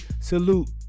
salute